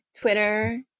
Twitter